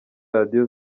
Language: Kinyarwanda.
radiyo